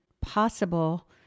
possible